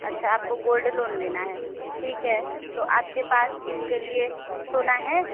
अच्छा आपको gold loan लेना है ठीक है तो आपके पास इसके लिए सोना है